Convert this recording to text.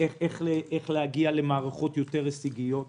איך להגיע למערכות הישגיות יותר.